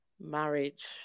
marriage